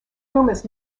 rumors